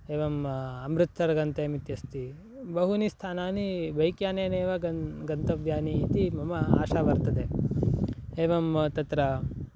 एवम् अमृत्सरं गन्तव्यम् इत्यस्ति बहूनि स्थानानि बैक्यानेनैव गन् गन्तव्यानि इति मम आशा वर्तते एवं तत्र